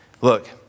look